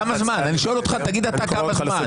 אני שואל אותך, תגיד אתה כמה זמן.